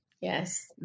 Yes